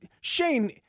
Shane